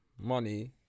money